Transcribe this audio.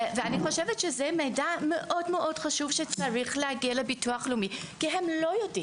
זה מידע מאוד מאוד חשוב שצריך להגיע לביטוח לאומי כי הם לא יודעים.